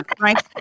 right